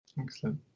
Excellent